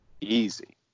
easy